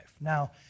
Now